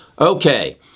Okay